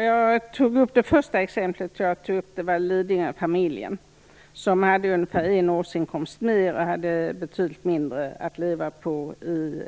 Fru talman! Det första exempel jag tog upp var Man hade betydligt mindre att leva på i